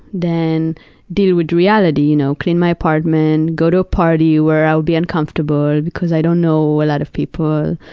than deal with reality, you know, clean my apartment, go to a party where i will be uncomfortable because i don't know a lot of people,